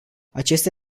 acesta